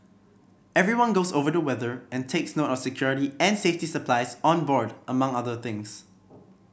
everyone goes over the weather and takes note of security and safety supplies on board among other things